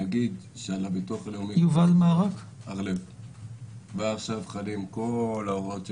על הביטוח הלאומי כבר עכשיו חלות כל הוראות החוק.